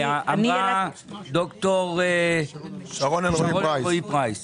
אמר ד"ר שרון אלרעי פרייס